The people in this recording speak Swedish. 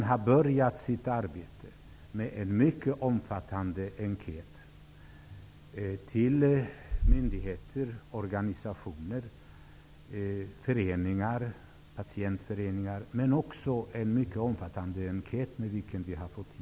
Den har börjat sitt arbete med att skicka ut en mycket omfattande enkät till myndigheter, organisationer, föreningar och patientföreningar.